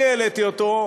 אני העליתי אותו,